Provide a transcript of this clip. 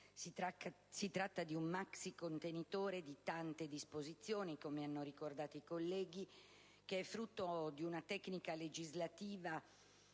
Si tratta di un maxicontenitore di tante disposizioni - come hanno ricordato i colleghi - frutto di una tecnica legislativa